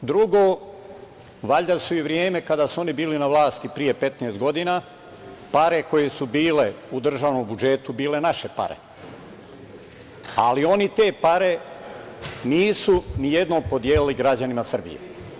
Drugo, valjda su i u vreme kada su oni bili na vlasti pre 15 godina, pare koje su bile u državnom budžetu, bile naše pare, ali oni te pare nisu ni jednom podelili građanima Srbije.